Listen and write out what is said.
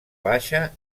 baixa